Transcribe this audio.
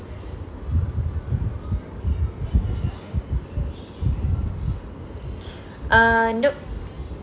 uh nope